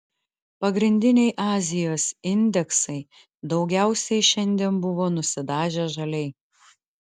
pagrindiniai azijos indeksai daugiausiai šiandien buvo nusidažę žaliai